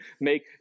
make